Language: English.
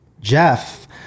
Jeff